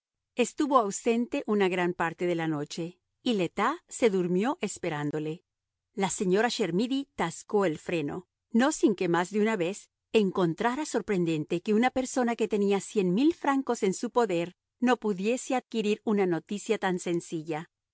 estuvo ausente una gran parte de la noche y le tas se durmió esperándole la señora chermidy tascó el freno no sin que más de una vez encontrara sorprendente que una persona que tenía cien mil francos en su poder no pudiese adquirir una noticia tan sencilla